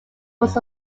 was